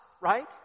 right